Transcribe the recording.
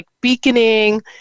beaconing